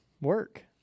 work